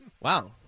Wow